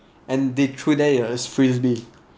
and they threw it as frisbee